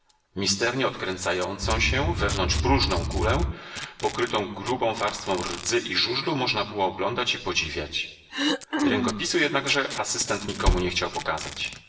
misternie odkręcającą się wewnątrz próżną kulę pokrytą grubą warstwą rdzy i żużlu można było oglądać i podziwiać rękopisu jednakże asystent nikomu nie chciał pokazać